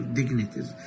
dignities